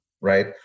right